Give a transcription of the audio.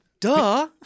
Duh